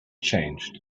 changed